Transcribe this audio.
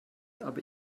aber